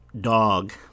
dog